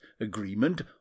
agreement